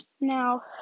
Now